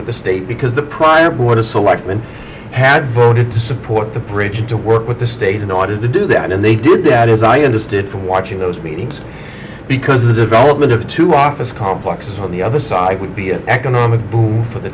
with the state because the prior board of selectmen had voted to support the preaching to work with the state in order to do that and they did that as i understood from watching those meetings because the development of two office complexes on the other side would be an economic boon for the